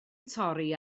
torri